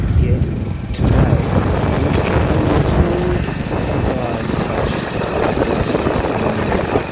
yet today i wish to tell you a story that provides such a drastic denouement,